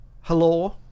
Hello